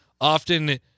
often